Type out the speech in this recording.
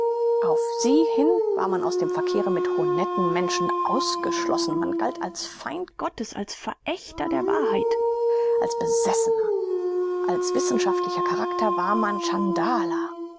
auf sie hin war man aus dem verkehre mit honnetten menschen ausgeschlossen man galt als feind gottes als verächter der wahrheit als besessener als wissenschaftlicher charakter war man